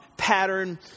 pattern